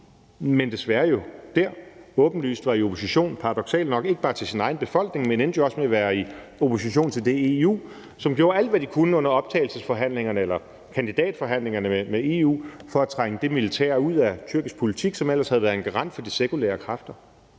Men desværre var han jo dér åbenlyst i opposition til paradoksalt nok ikke bare sin egen befolkning, men han endte også med at være i opposition til det EU, som gjorde alt, hvad de kunne under kandidatforhandlingerne, for at trænge det militær ud af tyrkisk politik, som ellers havde været en garant for de sekulære kræfter.